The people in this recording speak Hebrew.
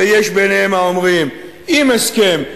ויש ביניהם האומרים: עם הסכם,